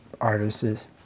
artists